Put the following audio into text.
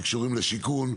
שקשורים לשיכון,